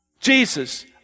Jesus